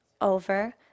over